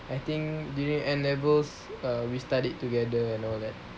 I think during N levels uh we studied together and all that